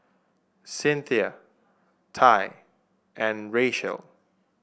Cynthia Tai and Rachelle